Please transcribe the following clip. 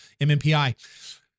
MMPI